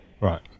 right